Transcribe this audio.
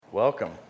Welcome